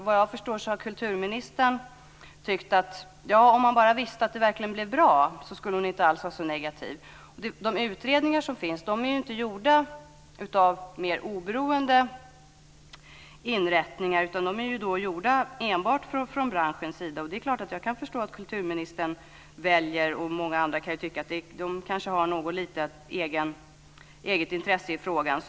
Vad jag förstår har kulturministern sagt att om hon bara visste att det verkligen blev bra, skulle hon inte alls vara så negativ. De utredningar som finns är ju inte gjorda av mer oberoende inrättningar utan enbart från branschens sida. Jag kan förstå att kulturministern och många andra kan tycka att branschen kan ha något eget litet intresse i frågan.